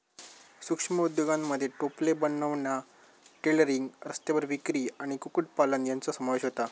सूक्ष्म उद्योगांमध्ये टोपले बनवणा, टेलरिंग, रस्त्यावर विक्री आणि कुक्कुटपालन यांचो समावेश होता